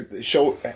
show